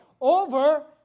over